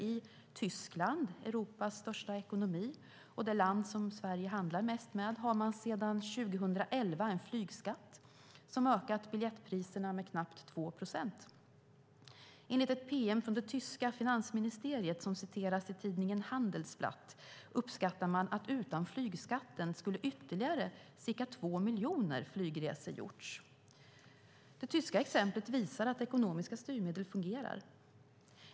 I Tyskland, Europas största ekonomi och det land Sverige handlar mest med, har man sedan 2011 en flygskatt som ökat biljettpriserna med knappt 2 procent. Enligt ett pm från det tyska finansministeriet, som citeras i tidningen Handelsblatt, uppskattar man att utan flygskatten skulle ytterligare cirka två miljoner flygresor gjorts. Det tyska exemplet visar att ekonomiska styrmedel fungerar.